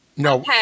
No